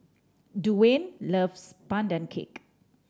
Duwayne loves Pandan Cake